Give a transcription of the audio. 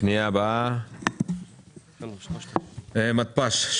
פנייה מספר 87, מתפ"ש.